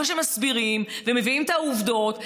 אחרי שמסבירים ומביאים את העובדות,